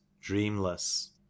dreamless